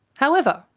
however,